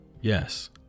Yes